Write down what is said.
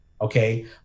okay